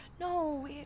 No